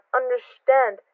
understand